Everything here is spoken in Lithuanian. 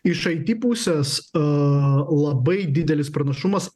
iš it pusės a labai didelis pranašumas